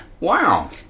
Wow